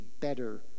better